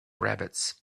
rabbits